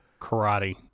karate